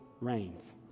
reigns